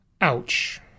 Ouch